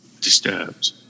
disturbed